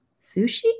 Sushi